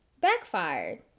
backfired